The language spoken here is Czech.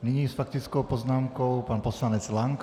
Nyní s faktickou poznámkou pan poslanec Lank.